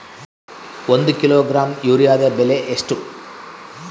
ಒಂದು ಕಿಲೋಗ್ರಾಂ ಯೂರಿಯಾದ ಬೆಲೆ ಎಷ್ಟು?